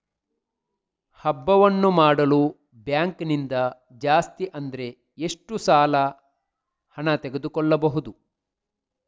ಹಬ್ಬವನ್ನು ಮಾಡಲು ಬ್ಯಾಂಕ್ ನಿಂದ ಜಾಸ್ತಿ ಅಂದ್ರೆ ಎಷ್ಟು ಸಾಲ ಹಣ ತೆಗೆದುಕೊಳ್ಳಬಹುದು?